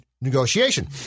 negotiation